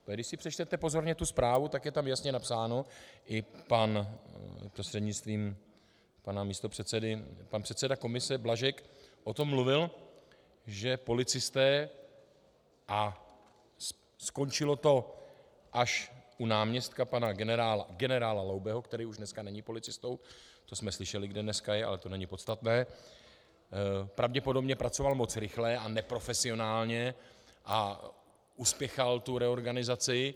Protože když si přečtete pozorně tu zprávu, tak je tam jasně napsáno, i prostřednictvím pana místopředsedy pan předseda komise Blažek o tom mluvil, že policisté a skončilo to až u náměstka pana generála Laubeho, který už dneska není policistou, to jsme slyšeli, kde dneska je, ale to není podstatné, pravděpodobně pracoval moc rychle a neprofesionálně a uspěchal tu reorganizaci.